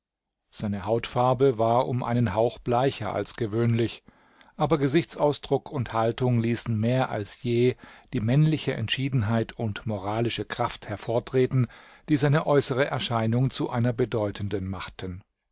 seine hautfarbe war um einen hauch bleicher als gewöhnlich aber gesichtsausdruck und haltung ließen mehr als je die männliche entschiedenheit und moralische kraft hervortreten die seine äußere erscheinung zu einer bedeutenden machten